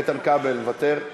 איתן כבל מוותר?